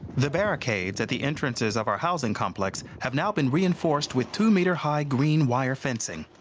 the barricades at the entrances of our housing complex have now been reinforced with two-meter high green wire fencing.